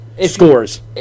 Scores